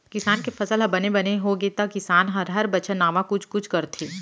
किसान के फसल ह बने बने होगे त किसान ह हर बछर नावा कुछ कुछ करथे